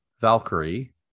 Valkyrie